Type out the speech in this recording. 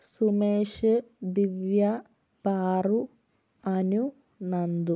Sumesh Divya Paru Anu Nandu